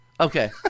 Okay